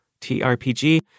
t-r-p-g